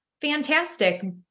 fantastic